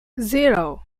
zero